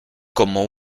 como